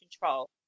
control